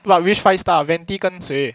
but which five star venti 跟谁